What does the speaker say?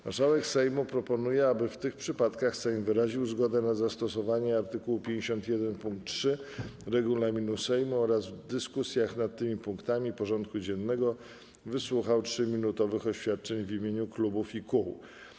Marszałek Sejmu proponuje, aby w tych przypadkach Sejm wyraził zgodę na zastosowanie art. 51 pkt 3 regulaminu Sejmu oraz w dyskusjach nad tymi punktami porządku dziennego wysłuchał 3-minutowych oświadczeń w imieniu klubów i kół.